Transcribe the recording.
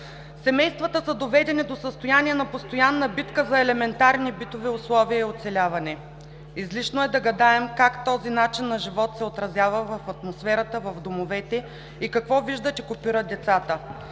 Семействата са доведени до състояние на постоянна битка за елементарни битови условия и оцеляване. Излишно е да гадаем как този начин на живот се отразява в атмосферата в домовете и какво виждат и копират децата,